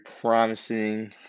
promising